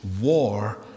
war